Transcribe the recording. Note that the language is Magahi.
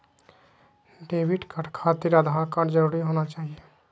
डेबिट कार्ड खातिर आधार कार्ड जरूरी होना चाहिए?